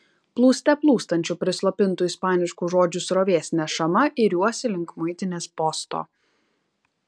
plūste plūstančių prislopintų ispaniškų žodžių srovės nešama iriuosi link muitinės posto